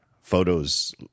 photos